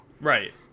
Right